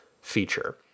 feature